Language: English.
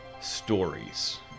Stories